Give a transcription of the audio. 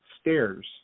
stairs